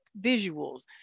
visuals